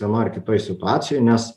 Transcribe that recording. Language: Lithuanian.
vienoj ar kitoj situacijoj nes